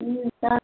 दा